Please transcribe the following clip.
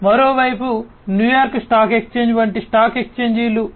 మరోవైపు New York stock exchange వంటి stock ఎక్స్ఛేంజీలు